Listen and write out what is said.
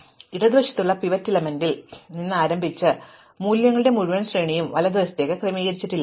അതിനാൽ ഞാൻ ഇടതുവശത്തുള്ള പിവറ്റ് എലമെൻറിൽ നിന്ന് ആരംഭിച്ചു ഇപ്പോൾ എനിക്ക് ഈ മൂല്യങ്ങളുടെ മുഴുവൻ ശ്രേണിയും വലതുവശത്ത് ക്രമീകരിച്ചിട്ടില്ല